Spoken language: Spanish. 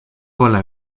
cola